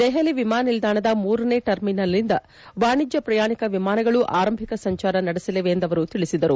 ದೆಹಲಿ ವಿಮಾನ ನಿಲ್ದಾಣದ ಮೂರನೇ ಟರ್ಮಿನಲ್ನಿಂದ ವಾಣಿಜ್ಯ ಪ್ರಯಾಣಿಕ ವಿಮಾನಗಳು ಆರಂಭಿಕ ಸಂಚಾರ ನಡೆಸಲಿವೆ ಎಂದು ಅವರು ತಿಳಿಸಿದರು